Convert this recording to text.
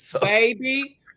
Baby